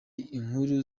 inkuru